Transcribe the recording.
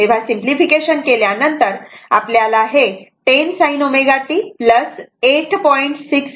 तेव्हा सिंपलिफिकेशन केल्यानंतर आपल्याला हे 10 sin ω t 8